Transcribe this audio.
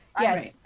Yes